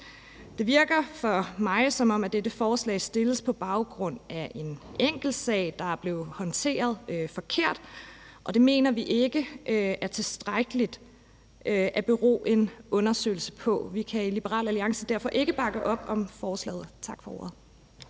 Det virker for mig, som om at dette forslag er fremsat på baggrund af en enkeltsag, der er blevet håndteret forkert, og det mener vi ikke er tilstrækkeligt at lade en undersøgelse bero på. Vi kan i Liberal Alliance derfor ikke bakke op om forslaget. Tak for ordet.